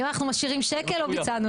אם אנחנו משאירים שקל לא ביצענו כלום.